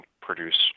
produce